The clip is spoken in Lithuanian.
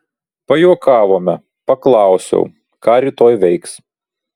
pajuokavome paklausiau ką rytoj veiks